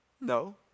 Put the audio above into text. No